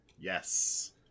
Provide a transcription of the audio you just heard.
Yes